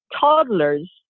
toddlers